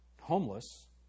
homeless